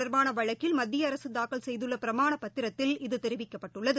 தொடர்பானவழக்கில் மத்தியஅரசுதாக்கல் செய்துள்ளபிரமாணப் பத்திரத்தில் இது இது தெரிவிக்கப்பட்டுள்ளது